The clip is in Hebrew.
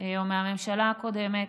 או מהממשלה הקודמת,